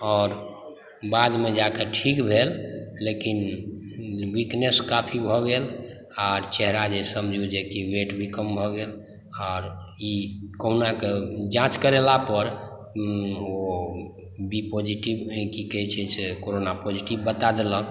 आओर बादमे जाके ठीक भेल लेकिन वीकनेस काफ़ी भऽ गेल आर चेहरा जे समझूँ जेकी वेट भी कम भऽ गेल आर ई कोरोनाके जाँच करेला पर ओ बी पॉज़िटिव रहय की कहै छै जे कोरोना पॉज़िटिव बता देलक